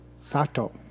Sato